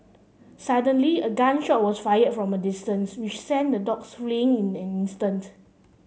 suddenly a gun shot was fired from a distance which sent the dogs fleeing in an instant